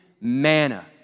manna